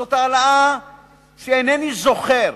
שזאת העלאה שאינני זוכר,